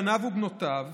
בניו ובנותיו,